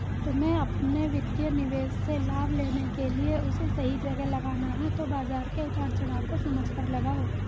तुम्हे अपने वित्तीय निवेश से लाभ लेने के लिए उसे सही जगह लगाना है तो बाज़ार के उतार चड़ाव को समझकर लगाओ